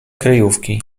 kryjówki